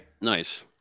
Nice